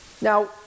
Now